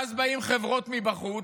ואז באות חברות מבחוץ,